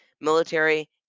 military